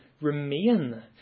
remain